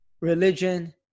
religion